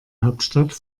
hauptstadt